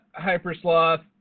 hypersloth